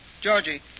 Georgie